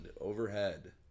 overhead